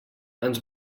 ens